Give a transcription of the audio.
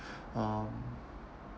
um